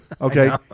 Okay